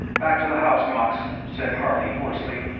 back to the house, knox, said harley, hoarsely.